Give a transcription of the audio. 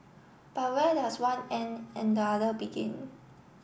but where does one end and the other begin